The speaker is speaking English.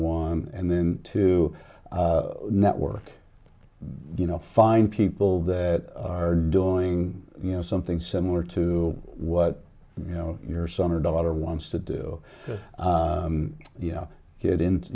a and then to network you know find people that are doing you know something similar to what you know your son or daughter wants to do you know get into